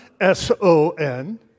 S-O-N